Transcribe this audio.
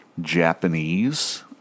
Japanese